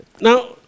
Now